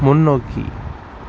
முன்னோக்கி